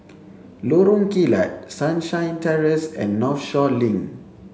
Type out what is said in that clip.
Lorong Kilat Sunshine Terrace and Northshore Link